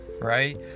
right